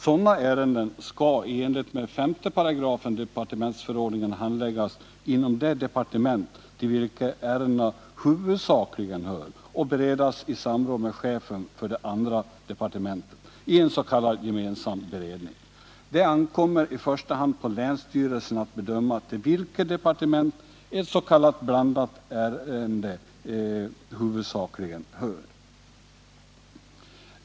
Sådana ärenden skall i enlighet med 5 § departementsförordningen handläggas inom det departement till vilket ärendena huvudsakligen hör och beredas i samråd med chefen för det andra departementet is.k. gemensam beredning. Det ankommer i första hand på länsstyrelsen att bedöma till vilket departement ett s.k. blandat ärende huvudsakligen hör.